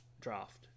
draft